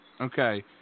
Okay